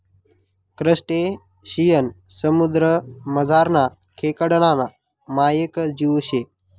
crustacean समुद्रमझारना खेकडाना मायेक जीव शे